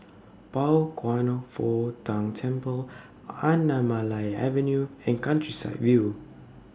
Pao Kwan Foh Tang Temple Anamalai Avenue and Countryside View